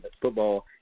football